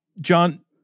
John